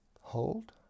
Hold